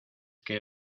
que